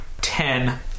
Ten